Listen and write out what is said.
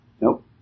Nope